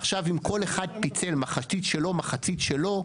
עכשיו, אם כל אחד פיצל מחצית שלו ומחצית שלו,